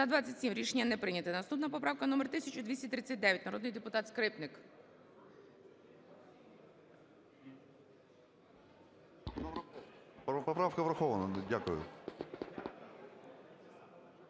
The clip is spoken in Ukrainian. За-27 Рішення не прийнято. Наступна поправка номер 1239. Народний депутат Скрипник.